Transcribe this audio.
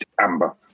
Amber